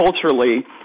culturally